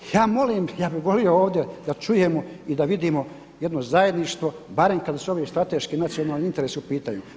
Ja molim, ja bih volio ovdje da čujemo i da vidimo jedno zajedništvo barem kada su ovi strateški, nacionalni interesi u pitanju.